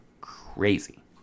crazy